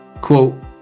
quote